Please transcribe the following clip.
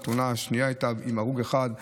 הייתה עם הרוג אחד,